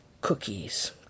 cookies